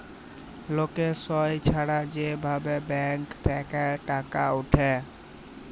লকের সই ছাড়া যে ভাবে ব্যাঙ্ক থেক্যে টাকা উঠে